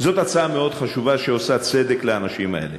זאת הצעה מאוד חשובה, שעושה צדק עם האנשים האלה.